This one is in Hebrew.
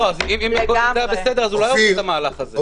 --- אם הכול היה בסדר הוא לא היה עושה את המהלך הזה.